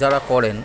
যারা করেন